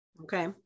Okay